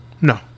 No